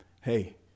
hey